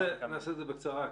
נעשה את זה בקצרה.